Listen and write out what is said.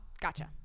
gotcha